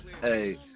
Hey